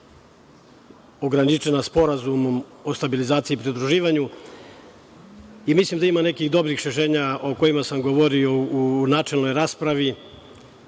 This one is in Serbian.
ograničena Sporazumom o stabilizaciji i pridruživanju. Mislim da ima nekih dobrih rešenja o kojima sam govorio u načelnoj raspravi,